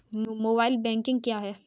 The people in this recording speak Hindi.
मोबाइल बैंकिंग क्या है?